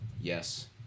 Yes